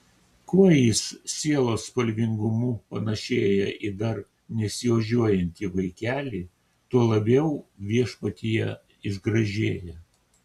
kuo jis sielos spalvingumu panašėja į dar nesiožiuojantį vaikelį tuo labiau viešpatyje išgražėja